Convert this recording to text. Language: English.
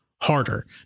harder